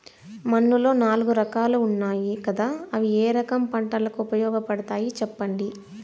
మన్నులో నాలుగు రకాలు ఉన్నాయి కదా అవి ఏ రకం పంటలకు ఉపయోగపడతాయి చెప్పండి?